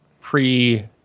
pre